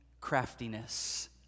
craftiness